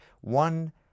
one